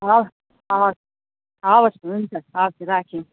हवस् हवस् हवस् हुन्छ हवस् राखेँ